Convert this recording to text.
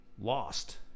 lost